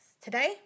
Today